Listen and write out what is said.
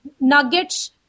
nuggets